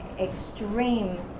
extreme